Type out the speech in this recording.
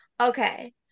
Okay